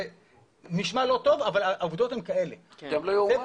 זה נשמע לא טוב אבל העובדות הן כאלה- -- גם לא יאומן.